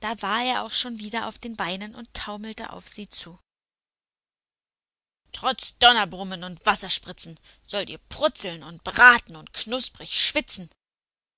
da war er auch schon wieder auf den beinen und taumelte auf sie zu trotz donnerbrummen und wasserspritzen sollt ihr prutzeln und braten und knusprig schwitzen